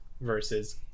versus